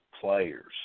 players